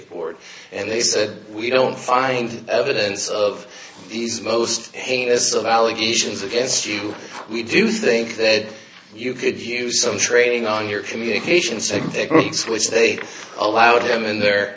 ford and they said we don't find evidence of these most heinous of allegations against you we do think that you could use some training on your communications to techniques which they allowed them in their